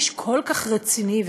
איש כל כך רציני,